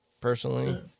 personally